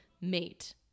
mate